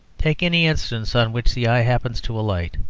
take any instance on which the eye happens to alight.